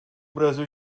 brasil